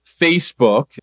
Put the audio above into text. Facebook